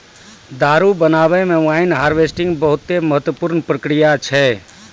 दारु बनाबै मे वाइन हार्वेस्टिंग बहुते महत्वपूर्ण प्रक्रिया छै